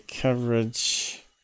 coverage